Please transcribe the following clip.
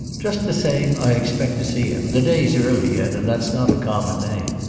just the same, i expect to see him. the day's early yet, and that's not a common name.